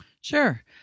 Sure